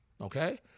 Okay